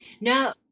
No